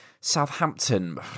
Southampton